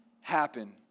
happen